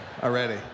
already